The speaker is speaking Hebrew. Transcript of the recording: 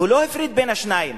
לא הפרידה בין השניים,